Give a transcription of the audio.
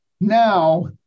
Now